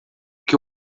que